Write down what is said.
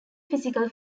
physical